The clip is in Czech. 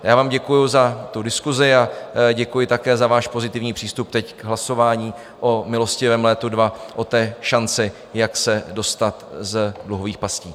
Já vám děkuji za diskusi a děkuji také za váš pozitivní přístup teď k hlasování o milostivém létu II, o té šanci, jak se dostat z dluhových pastí.